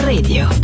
Radio